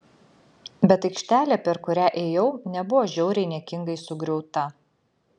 bet aikštelė per kurią ėjau nebuvo žiauriai niekingai sugriauta